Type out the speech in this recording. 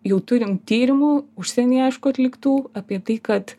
jau turim tyrimų užsienyje aišku atliktų apie tai kad